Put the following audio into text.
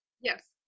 Yes